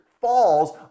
falls